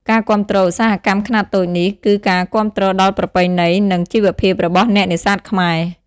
ការគាំទ្រ ឧស្សាហកម្មខ្នាតតូចនេះ គឺការគាំទ្រដល់ប្រពៃណី និងជីវភាពរបស់អ្នកនេសាទខ្មែរ។